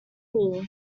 paul